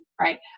right